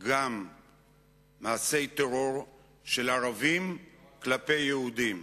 גם מעשי טרור של ערבים כלפי יהודים.